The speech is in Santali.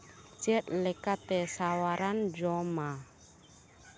ᱪᱮᱫ ᱞᱮᱠᱟᱛᱮ ᱥᱟᱶᱟᱨᱟᱱ ᱡᱚᱢᱟᱜ